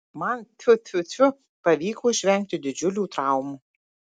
man tfu tfu tfu pavyko išvengti didžiulių traumų